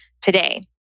today